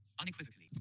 Unequivocally